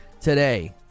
today